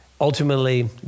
Ultimately